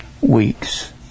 weeks